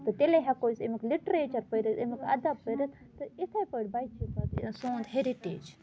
تہٕ تیٚلے ہیٚکو أسۍ اَمیُک لِٹریچَر پٔرِتھ اَمیُک اَدب پٔرِتھ تہٕ اِتھَے پٲٹھۍ بَچہِ پَتہٕ یہِ سون ہیٚرِٹیج